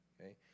okay